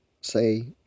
say